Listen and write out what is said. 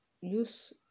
use